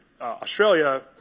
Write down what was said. Australia